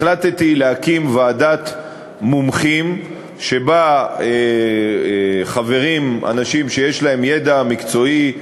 החלטתי להקים ועדת מומחים שבה חברים אנשים שיש להם ידע מקצועי,